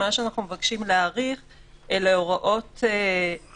מה שאנחנו מבקשים להאריך אלה הוראות שמוסדרות,